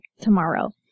tomorrow